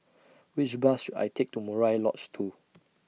Which Bus should I Take to Murai Lodge two